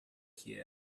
here